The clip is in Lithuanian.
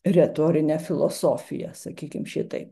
retorinę filosofiją sakykim šitaip